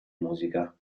musica